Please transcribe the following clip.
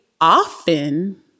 often